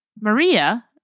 Maria